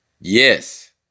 Yes